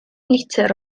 litr